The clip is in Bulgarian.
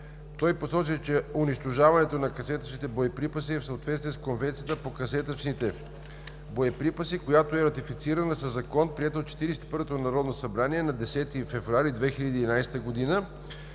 Той посочи, че унищожаването на касетъчните боеприпаси е в съответствие с Конвенцията по касетъчните боеприпаси, която е ратифицирана със закон, приет от Четиридесет и първото народно събрание на 10 февруари 2011 г.